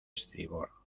estribor